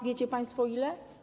Wiecie państwo o ile?